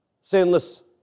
sinless